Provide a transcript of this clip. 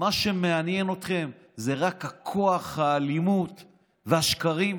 מה שמעניין אותם זה רק הכוח, האלימות והשקרים?